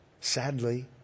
sadly